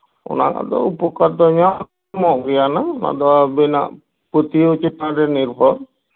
ᱚᱱᱟ ᱫᱚ ᱩᱯᱚᱠᱟᱨ ᱫᱚ ᱧᱟᱢᱚᱜ ᱜᱮᱭᱟ ᱱᱟᱝ ᱚᱱᱟ ᱫᱚ ᱟᱵᱮᱱᱟᱜ ᱯᱟᱹᱛᱭᱟᱹᱣ ᱪᱮᱛᱟᱱ ᱨᱮ ᱱᱤᱨᱵᱷᱚᱨ